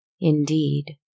Indeed